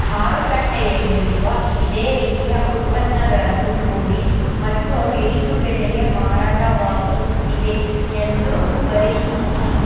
ಮಾರುಕಟ್ಟೆಯಲ್ಲಿರುವ ಇದೇ ರೀತಿಯ ಉತ್ಪನ್ನಗಳನ್ನು ನೋಡಿ ಮತ್ತು ಅವು ಎಷ್ಟು ಬೆಲೆಗೆ ಮಾರಾಟವಾಗುತ್ತಿವೆ ಎಂದು ಪರಿಶೀಲಿಸಿ